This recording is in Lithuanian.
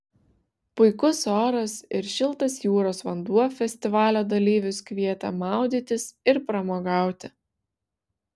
puikus oras ir šiltas jūros vanduo festivalio dalyvius kvietė maudytis ir pramogauti